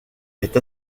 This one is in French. est